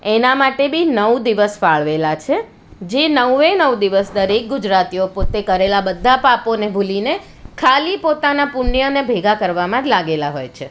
એના માટે બી નવ દિવસ ફાળવેલા છે જે નવે નવ દિવસ દરેક ગુજરાતીઓ પોતે કરેલા બધાં પાપોને ભૂલીને ખાલી પોતાનાં પૂણ્યને ભેગા કરવામાં જ લાગેલા હોય છે